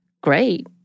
great